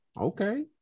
Okay